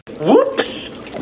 Whoops